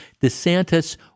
DeSantis